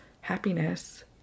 happiness